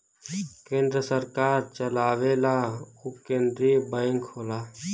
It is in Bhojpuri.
केन्द्र सरकार चलावेला उ केन्द्रिय बैंक होला